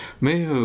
Mais